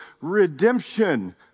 redemption